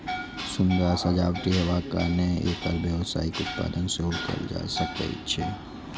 सुंदर आ सजावटी हेबाक कारणें एकर व्यावसायिक उत्पादन सेहो कैल जा सकै छै